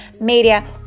Media